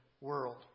world